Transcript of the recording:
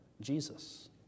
Jesus